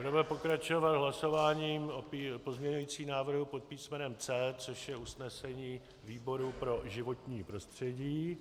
Budeme pokračovat hlasováním o pozměňujícím návrhu pod písmenem C, což je usnesení výboru pro životní prostředí.